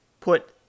put